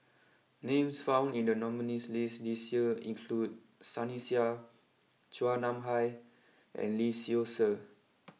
names found in the nominees list this year include Sunny Sia Chua Nam Hai and Lee Seow Ser